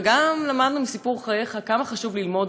וגם למדנו מסיפור חייך כמה חשוב ללמוד